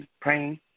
praying